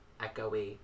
echoey